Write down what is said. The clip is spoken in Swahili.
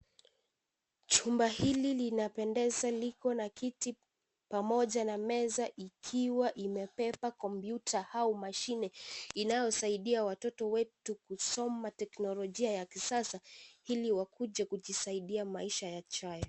Chumba hili linapendeza liko na kiti pamoja na meza ikiwa imebeba kompyuta au mashine, inayosaidia watoto wetu kusoma teknolojia ya kisasa, ili wakuje kujisaidia maisha yajayo.